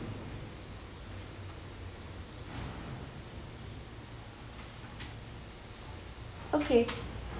okay